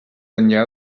enllà